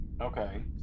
Okay